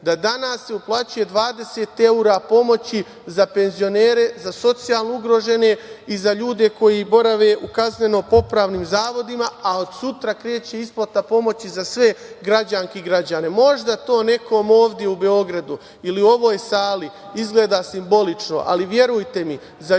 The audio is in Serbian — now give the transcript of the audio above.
se danas uplaćuje 20 evra pomoći za penzionere, za socijalno ugrožene i za ljude koji borave u kazneno popravnim zavodima, a od sutra kreće isplata pomoći za sve građanke i građane. Možda to nekom ovde u Beogradu ili u ovoj sali izgleda simbolično, ali verujte mi,